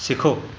सिखो